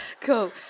Cool